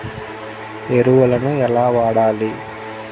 ఎరువులను ఎలా వాడాలి?